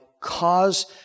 cause